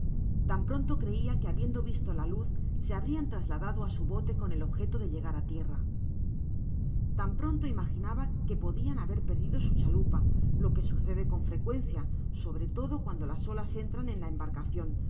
tan pronto creia que habiendo visto la luz se habrian trasladado á su bote con el objeto de llegar á tierra tan pronto imaginaba que podian haber perdido su chalupa lo que sucede con frecuencia sobre todo cuando las olas entran en la embarcacion